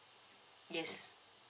yes